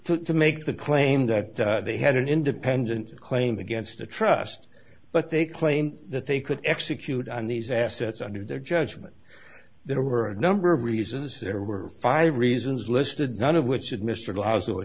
not to make the claim that they had an independent claim against the trust but they claimed that they could execute on these assets under their judgment there were a number of reasons there were five reasons listed none of which had mr la